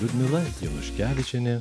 liudmila januškevičienė